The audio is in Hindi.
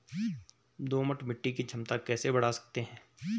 दोमट मिट्टी की क्षमता कैसे बड़ा सकते हैं?